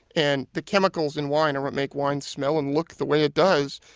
and the chemicals in wine are what make wine smell and look the way it does.